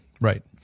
Right